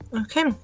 Okay